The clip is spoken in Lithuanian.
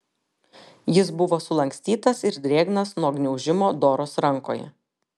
jis buvo sulankstytas ir drėgnas nuo gniaužimo doros rankoje